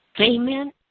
Amen